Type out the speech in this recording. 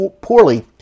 poorly